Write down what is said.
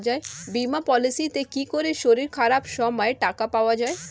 বীমা পলিসিতে কি করে শরীর খারাপ সময় টাকা পাওয়া যায়?